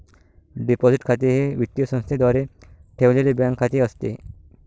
deposit खाते हे वित्तीय संस्थेद्वारे ठेवलेले बँक खाते असते